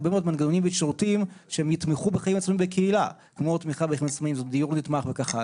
יכול לחיות חיים עצמאיים בקהילה כי הוא ברמת תפקוד נמוכה מדי.